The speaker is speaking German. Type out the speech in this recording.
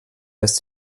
lässt